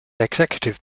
executive